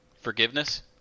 forgiveness